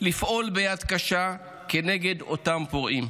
לפעול ביד קשה כנגד אותם פורעים.